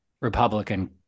Republican